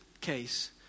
case